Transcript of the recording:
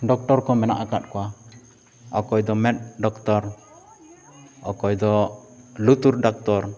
doctor ᱠᱚ ᱢᱮᱱᱟᱜ ᱟᱠᱟᱫ ᱠᱚᱣᱟ ᱚᱠᱚᱭ ᱫᱚ ᱢᱮᱸᱫ ᱰᱚᱠᱴᱚᱨ ᱚᱠᱚᱭ ᱫᱚ ᱞᱩᱛᱩᱨ ᱰᱟᱠᱛᱚᱨ